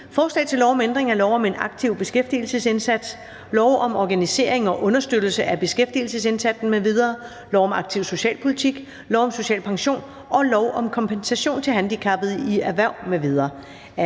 Forslag til lov om ændring af lov om en aktiv beskæftigelsesindsats, lov om organisering og understøttelse af beskæftigelsesindsatsen m.v., lov om aktiv socialpolitik, lov om social pension og lov om kompensation til handicappede i erhverv